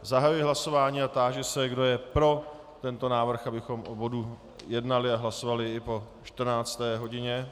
Zahajuji hlasování a táži se, kdo je pro tento návrh, abychom o tomto bodu jednali a hlasovali i po 14. hodině.